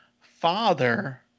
father